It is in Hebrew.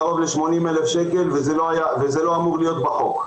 קרוב ל-80,000 שקלים וגם זה לא אמור להיות בחוק.